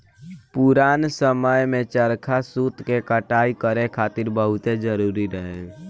पुरान समय में चरखा सूत के कटाई करे खातिर बहुते जरुरी रहे